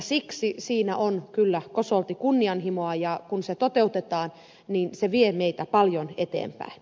siksi siinä on kyllä kosolti kunnianhimoa ja kun se toteutetaan niin se vie meitä paljon eteenpäin